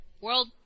world